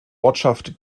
ortschaft